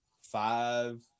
five